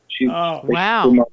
wow